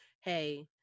hey